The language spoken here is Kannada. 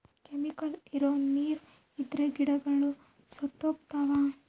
ಕೆಮಿಕಲ್ ಇರೋ ನೀರ್ ಇದ್ರೆ ಗಿಡಗಳು ಸತ್ತೋಗ್ತವ